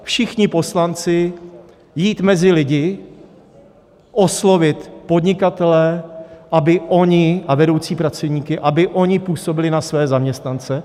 Všichni poslanci jít mezi lidi, oslovit podnikatele a vedoucí pracovníky, aby oni působili na své zaměstnance.